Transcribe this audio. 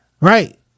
Right